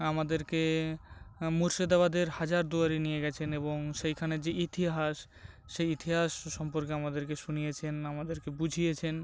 আমাদেরকে মুর্শিদাবাদের হাজারদুয়ারি নিয়ে গিয়েছেন এবং সেইখানের যে ইতিহাস সেই ইতিহাস সম্পর্কে আমাদেরকে শুনিয়েছেন আমাদেরকে বুঝিয়েছেন